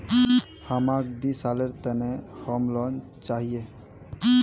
हमाक दी सालेर त न होम लोन चाहिए